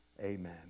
Amen